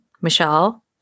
Michelle